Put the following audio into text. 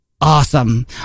awesome